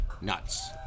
nuts